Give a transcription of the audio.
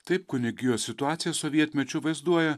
taip kunigijos situaciją sovietmečiu vaizduoja